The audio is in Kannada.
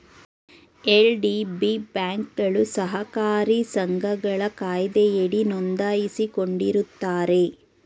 ಎಲ್.ಡಿ.ಬಿ ಬ್ಯಾಂಕ್ಗಳು ಸಹಕಾರಿ ಸಂಘಗಳ ಕಾಯ್ದೆಯಡಿ ನೊಂದಾಯಿಸಿಕೊಂಡಿರುತ್ತಾರೆ